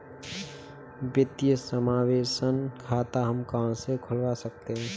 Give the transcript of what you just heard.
वित्तीय समावेशन खाता हम कहां से खुलवा सकते हैं?